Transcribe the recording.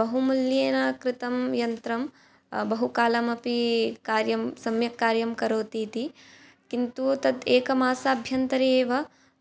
बहुमूल्येन क्रीतं यन्त्रं बहुकालमपि कार्यं सम्यक् कार्यं करोतीति किन्तु तद् एकमासाभ्यन्तरे एव